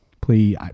Please